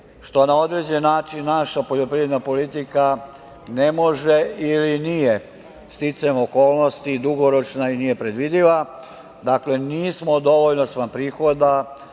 što na određeni način naša poljoprivredna politika ne može ili nije sticajem okolnosti dugoročna i nije predvidiva. Dakle, nismo napravili plan rashoda,